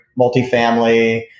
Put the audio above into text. multifamily